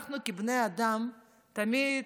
אנחנו כבני אדם תמיד,